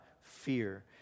fear